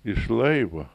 iš laivo